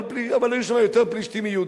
אבל היו שם יותר פלישתים מיהודים.